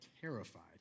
terrified